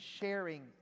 sharing